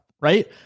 Right